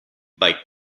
bike